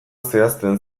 zehazten